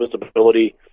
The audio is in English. visibility